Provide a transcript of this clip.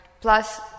plus